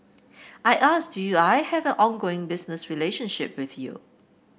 I asked do you I have ongoing business relationship with you